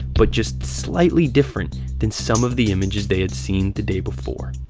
but just slightly different than some of the images they had seen the day before.